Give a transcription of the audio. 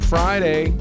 Friday